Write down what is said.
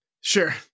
Sure